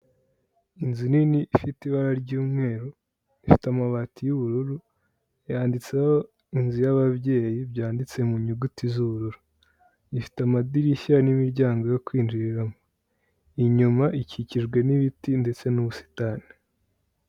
Inzu nini ifite ibara ry'umweru, ifite amabati y'ubururu, yanditseho inzu y'ababyeyi byanditse mu nyuguti z'ubururu, ifite amadirishya n'imiryango yo kwinjiriramo, inyuma ikikijwe n'ibiti ndetse n'ubusitani.